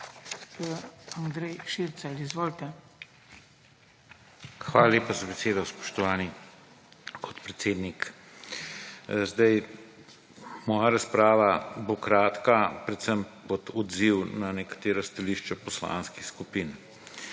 ANDREJ ŠIRCELJ:** Hvala lepa za besedo, spoštovani podpredsednik. Zdaj moja razprava bo kratka, predvsem bo to odziv na nekatera stališča poslanskih skupin.